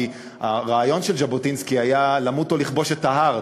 כי הרעיון של ז'בוטינסקי היה "למות או לכבוש את ההר".